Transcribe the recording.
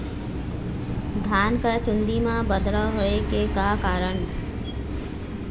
धान के चुन्दी मा बदरा होय के का कारण?